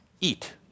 Eat